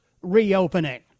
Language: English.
reopening